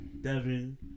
Devin